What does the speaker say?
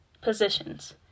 positions